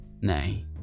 Nay